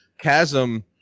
chasm